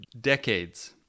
decades